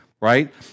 right